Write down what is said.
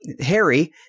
Harry